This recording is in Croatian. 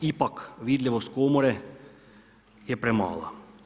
Ipak, vidljivost komore je premala.